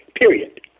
period